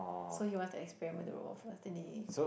so he wants to experiment the robot first then they